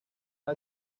las